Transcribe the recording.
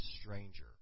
stranger